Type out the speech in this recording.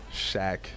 Shaq